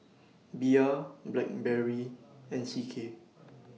Bia Blackberry and C K